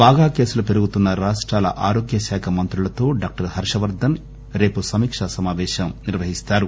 బాగా కేసులు పెరుగుతున్న రాష్టాల ఆరోగ్యశాఖ మంత్రులతో డాక్టర్ హర్షవర్ధన్ రేపు సమీకా సమాపేశం నిర్వహిస్తారు